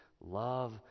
love